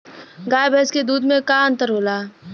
गाय भैंस के दूध में का अन्तर होला?